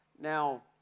Now